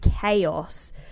chaos